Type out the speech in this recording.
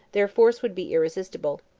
their force would be irresistible.